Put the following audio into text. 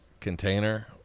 container